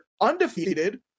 undefeated